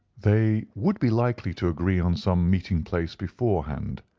they would be likely to agree on some meeting-place beforehand,